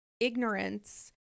ignorance